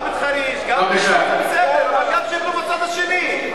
גם בחריש זה בסדר, אבל שיבנו גם בצד השני.